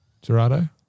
Gerardo